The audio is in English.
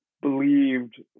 believed